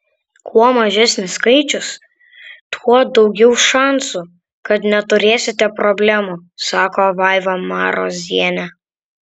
kuo mažesnis skaičius tuo daugiau šansų kad neturėsite problemų sako vaiva marozienė